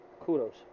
kudos